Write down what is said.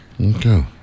Okay